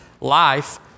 life